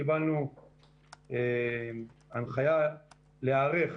קיבלנו הנחייה להיערך